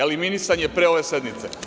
Eliminisan je pre ove sednice.